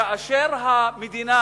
כאשר המדינה,